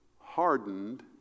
hardened